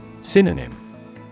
Synonym